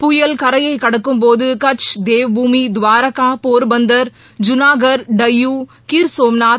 புயல் கரையை கடக்கும்போது கடக் தேவ்பூமி துவாரகா போர்பந்தர் ஜுனாகர் டையூ கிர்சோம்நாத்